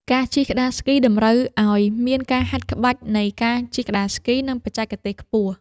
ការជិះក្ដារស្គី តម្រូវឲ្យមានការហាត់ក្បាច់នៃការជិះក្ដារស្គី និងបច្ចេកទេសខ្ពស់។